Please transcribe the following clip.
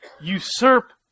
usurp